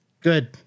Good